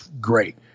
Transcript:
great